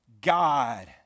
God